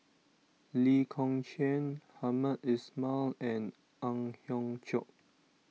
Lee Kong Chian Hamed Ismail and Ang Hiong Chiok